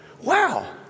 Wow